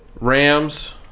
Rams